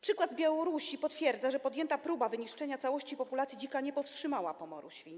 Przykład z Białorusi potwierdza, że podjęta próba wyniszczenia całości populacji dzika nie powstrzymała pomoru świń.